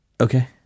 Okay